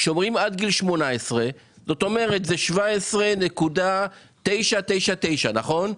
כשאומרים: עד גיל 18, זאת אומרת, עד 17.999, נכון?